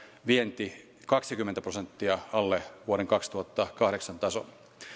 vienti kaksikymmentä prosenttia alle vuoden kaksituhattakahdeksan tason